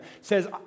says